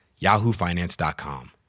yahoofinance.com